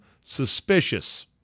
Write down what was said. suspicious